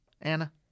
anna